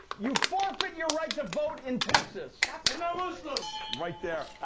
you forfeit your right to vote in texas. right there!